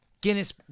Guinness